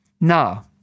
Now